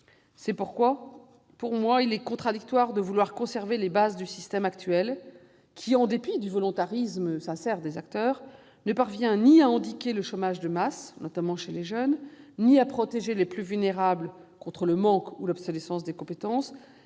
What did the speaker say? C'est pourquoi il serait, à mon sens, contradictoire avec notre action de conserver les bases du système actuel, qui, en dépit du volontarisme sincère des acteurs, ne parvient ni à endiguer le chômage de masse, notamment parmi les jeunes, ni à protéger les plus vulnérables contre le manque ou l'obsolescence des compétences,